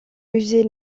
musée